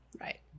Right